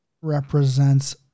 represents